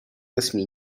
nesmí